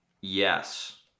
Yes